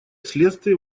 следствие